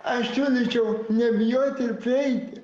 aš siūlyčiau nebijoti ir prieiti